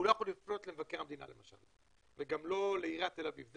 הוא לא יכול לפנות למשל למבקר המדינה וגם לא לעיריית תל אביב.